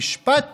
המשפט